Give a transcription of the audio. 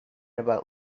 about